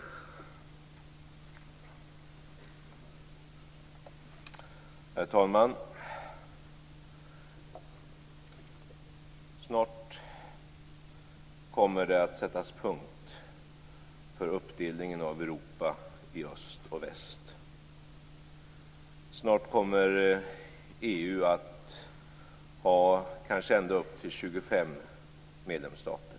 Herr talman! Snart kommer det att sättas punkt för uppdelningen av Europa i öst och väst. Snart kommer EU att ha kanske ända upp till 25 medlemsstater.